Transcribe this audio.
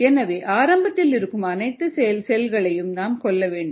எனவே ஆரம்பத்தில் இருக்கும் அனைத்து செல்களையும் நாம் கொல்ல வேண்டும்